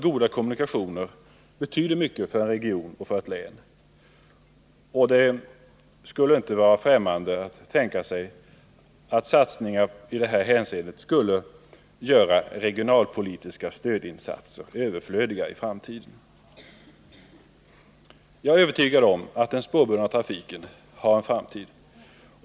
Goda kommunikationer i ett län kan måhända göra regionalpolitiska stödinsatser överflödiga i framtiden. Jag är övertygad om att den spårbundna trafiken har en framtid.